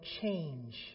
change